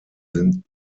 sind